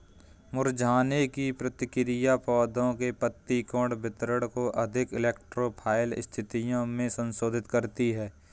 मुरझाने की प्रक्रिया पौधे के पत्ती कोण वितरण को अधिक इलेक्ट्रो फाइल स्थितियो में संशोधित करती है